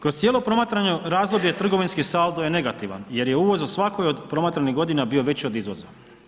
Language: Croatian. Kroz cijelo promatrano razdoblje trgovinski saldo je negativan, jer je uvoz u svakoj od promatranih godina bio veći od izvoza.